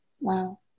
Wow